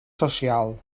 social